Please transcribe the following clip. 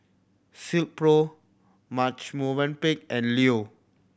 Silkpro Marche Movenpick and Leo